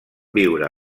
viure